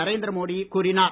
நரேந்திர மோடி கூறினார்